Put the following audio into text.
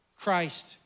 Christ